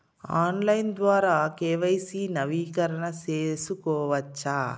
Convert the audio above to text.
Online ద్వారా KYC నవీకరణ సేసుకోవచ్చా?